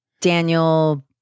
Daniel